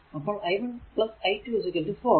അപ്പോൾ i 1 i2 4